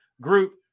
group